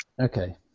Okay